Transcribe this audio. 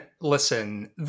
listen